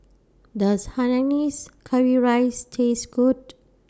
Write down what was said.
Does Hainanese Curry Rice Taste Good